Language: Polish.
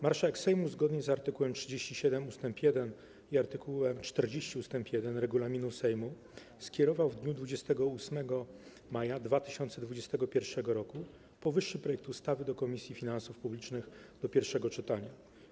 Marszałek Sejmu, zgodnie z art. 37 ust. 1 i art. 40 ust. 1 regulaminu Sejmu, skierował w dniu 28 maja 2021 r. powyższy projekt ustawy do Komisji Finansów Publicznych do pierwszego czytania.